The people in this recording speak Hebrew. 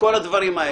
וכל הדברים האלה.